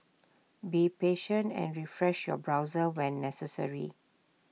be patient and refresh your browser when necessary